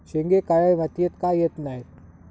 शेंगे काळ्या मातीयेत का येत नाय?